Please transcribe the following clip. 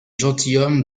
gentilhomme